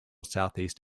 southeast